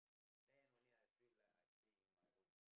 then only I feel like I stay in my home